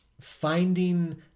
finding